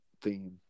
theme